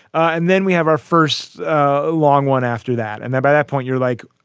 and then we have our first long one after that. and then by that point, you're like,